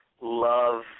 love